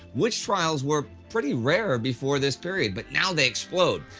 witch trials were pretty rare before this period, but now they explode.